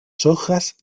hojas